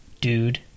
Dude